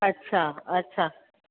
अच्छा अच्छा